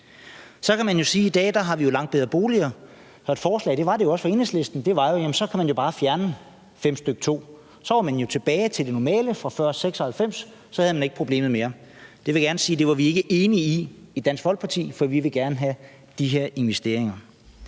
i dag har vi langt bedre boliger, og et forslag var – det var det jo også for Enhedslisten – at så kunne man bare fjerne § 5, stk. 2. For så var man jo tilbage til det normale fra før 1996; så havde man ikke problemet mere. Det vil jeg gerne sige at vi ikke var enige i i Dansk Folkeparti, for vi ville gerne have de her investeringer.